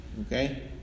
okay